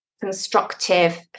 constructive